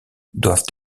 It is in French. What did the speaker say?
doivent